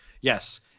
Yes